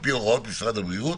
על פי הוראות משרד הבריאות,